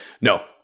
no